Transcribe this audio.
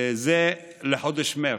זה לחודש מרץ.